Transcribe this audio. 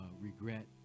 regret